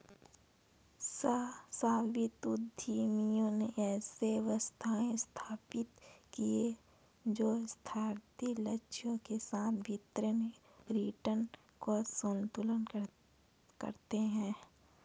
सहस्राब्दी उद्यमियों ने ऐसे व्यवसाय स्थापित किए जो स्थिरता लक्ष्यों के साथ वित्तीय रिटर्न को संतुलित करते हैं